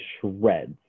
shreds